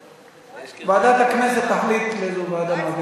ועדת הכנסת תחליט לאיזו ועדה.